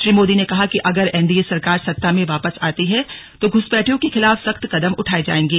श्री मोदी ने कहा कि अगर एनडीए सरकार सत्ता में वापस आती है तो घुसपैठियों के खिलाफ सख्त कदम उठाएं जाएंगे